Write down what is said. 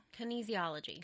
Kinesiology